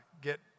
get